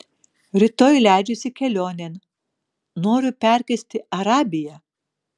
rytoj leidžiuosi kelionėn noriu perkirsti arabiją